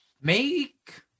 Make